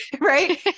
right